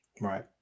right